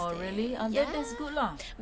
orh really that's good lah